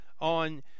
on